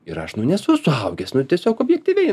ir aš nu nesu suaugęs nu tiesiog objektyviai